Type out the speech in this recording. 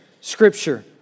Scripture